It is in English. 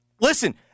Listen